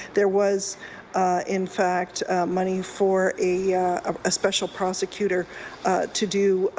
there was in fact money for a um special prosecutor to do